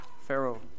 Pharaoh